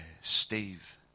Steve